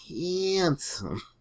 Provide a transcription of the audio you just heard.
handsome